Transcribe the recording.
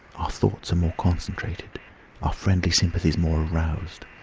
our thoughts are more concentrated our friendly sympathies more aroused,